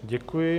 Děkuji.